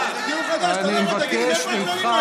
זה דיון חדש, לכמה זמן?